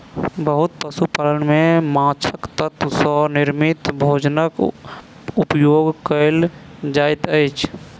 बहुत पशु पालन में माँछक तत्व सॅ निर्मित भोजनक उपयोग कयल जाइत अछि